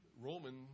Roman